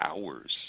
hours